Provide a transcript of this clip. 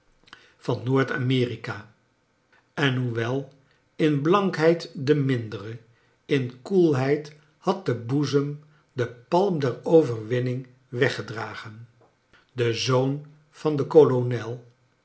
van kleine dorbit noord-amerika en hoewel in blankheid de mindere in koelheid had de boezem den palm der overwinning weggedragen de zoon van den kolonel